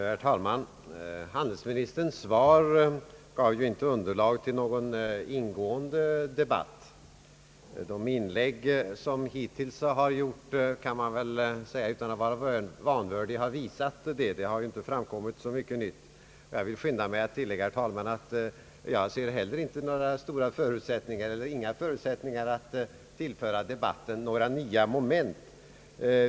Herr talman! Handelsministerns svar gav ju inte underlag för någon ingående debatt. Utan att vara vanvördig kan man väl säga att de inlägg som hittills har gjorts har visat att det inte framkommit så mycket nytt. Jag vill skynda mig att tillägga, herr talman, att in te heller jag anser mig ha förutsättningar att tillföra debatten några väsentliga nya moment.